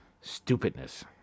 stupidness